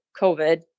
COVID